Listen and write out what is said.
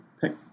pick